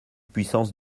puissance